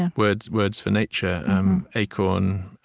ah words words for nature um acorn,